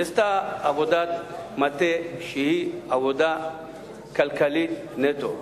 נעשתה עבודת מטה, שהיא עבודה כלכלית נטו.